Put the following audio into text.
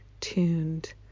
tuned